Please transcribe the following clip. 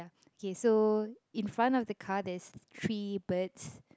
ok so in front of the car there is three birds